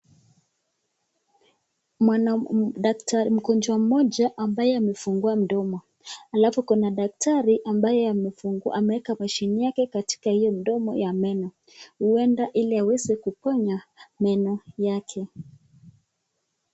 Mgonjwa mmoja ambaye amefungua mdomo, alafu kuna daktari ambaye ameweka mashini yake katika hio mdomo ya meno, huenda ili aweze kuponya meno yake.